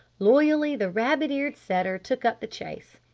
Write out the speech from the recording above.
loyally the rabbit-eared setter took up the chase.